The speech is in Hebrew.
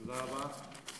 תודה רבה.